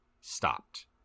stopped